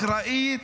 אחראית.